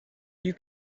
you